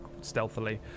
stealthily